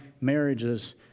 marriages